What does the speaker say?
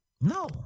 No